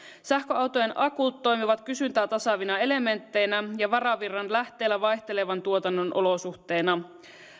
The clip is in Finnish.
sähköautojen akut toimivat kysyntää tasaavina elementteinä ja varavirran lähteenä vaihtelevan tuotannon olosuhteissa